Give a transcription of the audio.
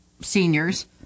seniors